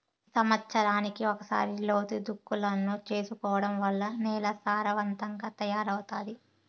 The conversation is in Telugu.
సమత్సరానికి ఒకసారి లోతు దుక్కులను చేసుకోవడం వల్ల నేల సారవంతంగా తయారవుతాది